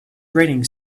grating